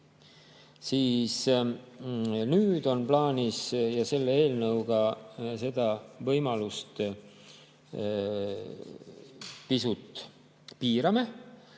Nüüd aga on plaanis selle eelnõuga seda võimalust pisut piirata.